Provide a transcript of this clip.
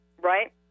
right